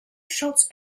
shots